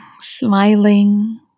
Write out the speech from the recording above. smiling